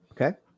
Okay